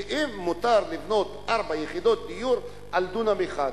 שיהיה מותר לבנות ארבע יחידות דיור על דונם אחד.